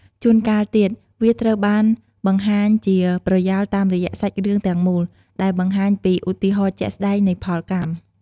ជួនកាលទៀត វាត្រូវបានបង្ហាញជាប្រយោលតាមរយៈសាច់រឿងទាំងមូល ដែលបង្ហាញពីឧទាហរណ៍ជាក់ស្តែងនៃផលកម្ម។